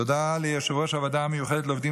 תודה ליושב-ראש הוועדה המיוחדת לעובדים